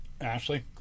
Ashley